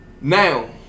now